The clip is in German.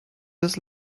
des